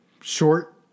short